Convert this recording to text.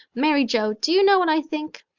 mary joe, do you know what i think?